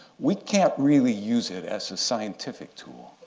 we can't really use it as a scientific tool.